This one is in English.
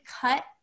cut